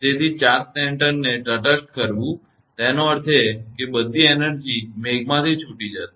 તેથી ચાર્જ સેન્ટરને તટસ્થ કરવું તેનો અર્થ એ છે કે બધી એનર્જી મેઘમાંથી છૂટી જશે